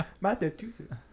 Massachusetts